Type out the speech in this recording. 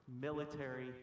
military